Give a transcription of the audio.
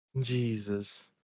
Jesus